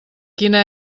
quina